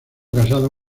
casado